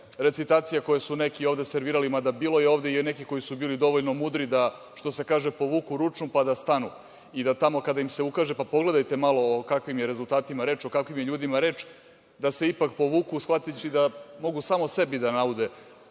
recitacije koje su neki ovde servirali, mada je bilo ovde i nekih koji su bili dovoljno mudri da povuku ručnu pa da stanu, i da tamo, kada im se ukaže, pogledajte malo o kakvim je rezultatima reč i o kakvim je ljudima reč, da se ipak povuku, shvatajući da mogu samo sebi da naude